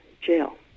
jail